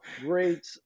great